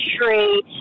tree